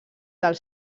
del